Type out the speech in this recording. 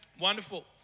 Wonderful